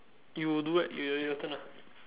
you do eh your your turn ah